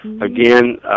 again